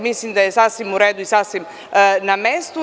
Mislim da je sasvim u redu i sasvim na mestu.